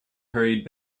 hurried